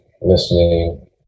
listening